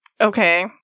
Okay